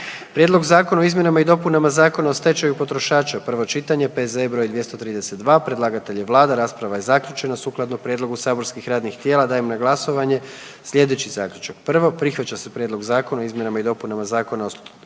Prijedlog zakona o izmjenama i dopunama Zakona o prekograničnom prometu i trgovini divljim vrstama, prvo čitanje, P.Z.E. 167, predlagatelj je Vlada, rasprava je zaključena. Sukladno prijedlogu saborskih radnih tijela dajem na glasovanje sljedeći Zaključak. 1. Prihvaća se Prijedlog Zakona o izmjenama i dopunama Zakona o prekograničnom